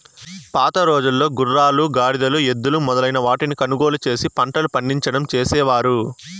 పాతరోజుల్లో గుర్రాలు, గాడిదలు, ఎద్దులు మొదలైన వాటిని కొనుగోలు చేసి పంటలు పండించడం చేసేవారు